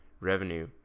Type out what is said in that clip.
revenue